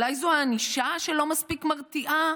אולי זו הענישה שלא מספיק מרתיעה?